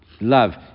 love